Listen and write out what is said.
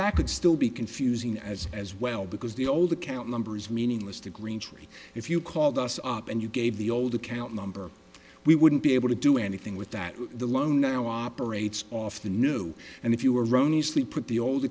that could still be confusing as as well because the old account number is meaningless to greentree if you called us up and you gave the old account number we wouldn't be able to do anything with that the loan now operates off the new and if you were only sleep put the old